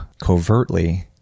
covertly